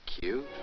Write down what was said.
Cute